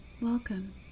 welcome